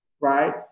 right